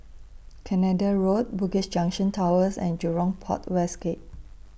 Canada Road Bugis Junction Towers and Jurong Port West Gate